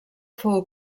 fou